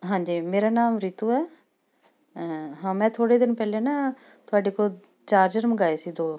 ਹਾਂਜੀ ਮੇਰਾ ਨਾਮ ਰਿਤੂ ਹੈ ਹਾਂ ਮੈਂ ਥੋੜ੍ਹੇ ਦਿਨ ਪਹਿਲੇ ਨਾ ਤੁਹਾਡੇ ਕੋਲ ਚਾਰਜਰ ਮੰਗਵਾਏ ਸੀ ਦੋ